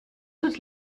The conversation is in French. toutes